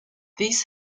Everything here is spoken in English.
these